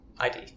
ID